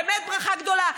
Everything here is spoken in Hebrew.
באמת ברכה גדולה.